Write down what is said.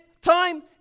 time